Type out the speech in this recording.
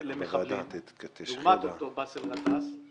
דוגמת אותו באסל גטאס,